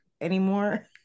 anymore